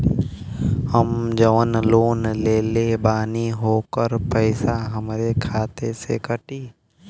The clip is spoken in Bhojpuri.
हम जवन लोन लेले बानी होकर पैसा हमरे खाते से कटी?